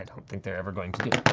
and um think they're ever going